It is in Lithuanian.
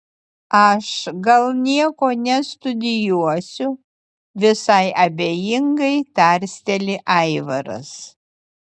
aš gal nieko nestudijuosiu visai abejingai tarsteli aivaras